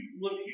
look